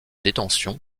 détention